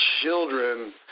children